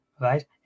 right